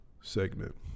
segment